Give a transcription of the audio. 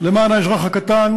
למען האזרח הקטן,